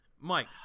Mike